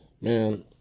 Man